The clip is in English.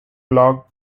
blog